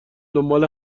دنبال